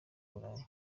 burayi